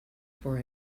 for